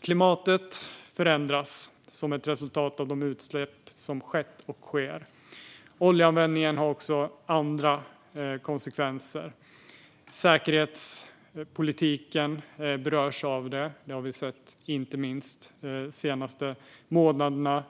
Klimatet förändras som ett resultat av de utsläpp som skett och sker. Oljeanvändningen har också andra konsekvenser. Säkerhetspolitiken berörs. Det har vi sett inte minst de senaste månaderna.